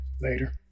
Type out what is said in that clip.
later